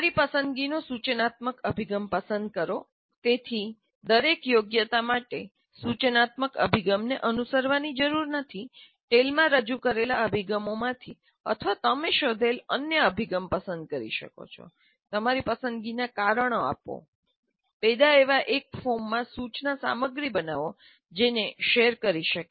તમારી પસંદગીનો સૂચનાત્મક અભિગમ પસંદ કરો તેથી દરેક યોગ્યતા માટે સૂચનાત્મક અભિગમને અનુસરવાની જરૂર નથી ટેલમાં રજૂ કરેલા અભિગમોથી અથવા તમે શોધેલ અન્ય અભિગમ પસંદ કરી શકો છો તમારી પસંદગીના કારણો આપો પેદા એવા એક ફોર્મમાં સૂચના સામગ્રી બનાવો જેને શેર કરી શકાય